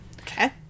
Okay